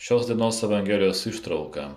šios dienos evangelijos ištrauka